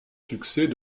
succès